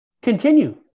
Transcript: Continue